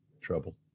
trouble